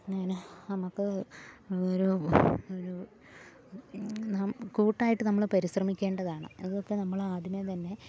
അങ്ങനെ നമുക്ക് ഒരു ഒരു നം കൂട്ടായിട്ട് നമ്മള് പരിശ്രമിക്കേണ്ടതാണ് അതൊക്കെ നമ്മളാദ്യമെ തന്നെ